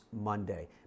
Monday